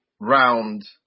round